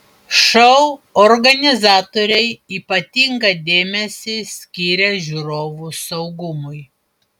šou organizatoriai ypatingą dėmesį skiria žiūrovų saugumui